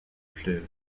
fleuve